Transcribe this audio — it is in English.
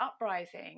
uprising